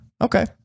Okay